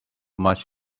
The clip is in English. much